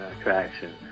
Attraction